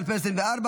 אלקין בעד.